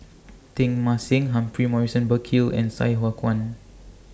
Teng Mah Seng Humphrey Morrison Burkill and Sai Hua Kuan